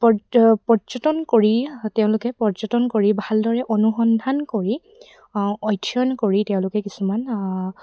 পৰ্য পৰ্যটন কৰি তেওঁলোকে পৰ্যটন কৰি ভালদৰে অনুসন্ধান কৰি অধ্যয়ন কৰি তেওঁলোকে কিছুমান